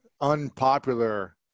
unpopular